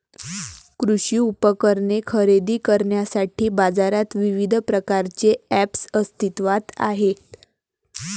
कृषी उपकरणे खरेदी करण्यासाठी बाजारात विविध प्रकारचे ऐप्स अस्तित्त्वात आहेत